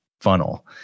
funnel